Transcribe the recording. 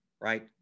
right